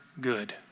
good